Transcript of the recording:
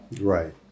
right